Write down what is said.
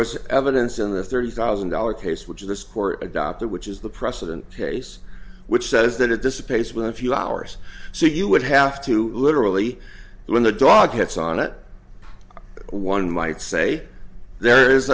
was evidence in the thirty thousand dollars case which is this court adopted which is the precedent case which says that it dissipates with a few hours so you would have to literally when the dog hits on it one might say there